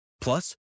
Plus